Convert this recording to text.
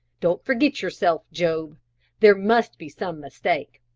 don't forget yourself, job there must be some mistake.